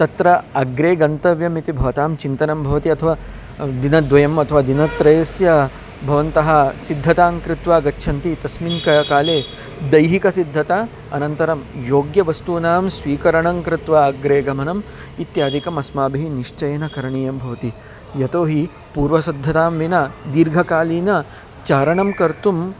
तत्र अग्रे गन्तव्यम् इति भवतां चिन्तनं भवति अथवा दिनद्वयम् अथवा दिनत्रयस्य भवन्तः सिद्धतां कृत्वा गच्छन्ति तस्मिन् क काले दैहिकसिद्धता अनन्तरं योग्यवस्तूनां स्वीकरणं कृत्वा अग्रे गमनम् इत्यादिकम् अस्माभिः निश्चयेन करणीयं भवति यतोहि पूर्वसिद्धतां विना दीर्घकालीनं चारणं कर्तुम्